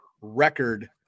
record